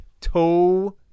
toe